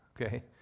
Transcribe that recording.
okay